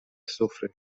سفره